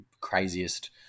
craziest